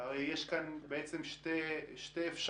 הרי יש כאן בעצם שתי אפשרויות,